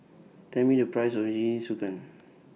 Tell Me The Price of Jingisukan